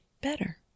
better